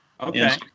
Okay